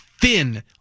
thin